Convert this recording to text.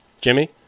Jimmy